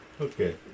Okay